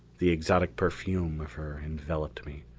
the exotic perfume of her enveloped me.